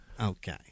Okay